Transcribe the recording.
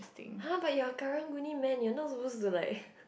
!huh! but you are Karang-Guni man you are not supposed to like